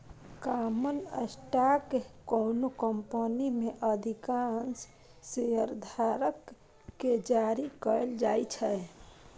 common stock कोनो company मे अधिकांश शेयरधारक कें जारी कैल जाइ छै